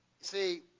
see